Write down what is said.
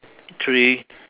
three